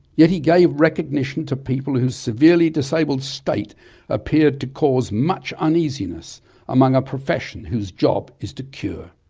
yet he gave recognition to people whose severely disabled state appeared to cause much uneasiness among a profession whose job is to cure.